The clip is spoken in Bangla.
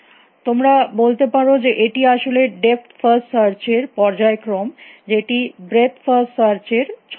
তোমরা বলতে পারো যে এটি আসলে ডেপথ ফার্স্ট সার্চ এর পর্যায়ক্রম যেটি ব্রেথ ফার্স্ট সার্চ এর ছদ্মবেশ